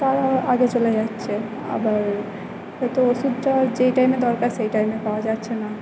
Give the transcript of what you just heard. তারা আগে চলে যাচ্ছে আবার হয়তো ওষুধটা যেই টাইমে দরকার সেই টাইমে পাওয়া যাচ্ছে না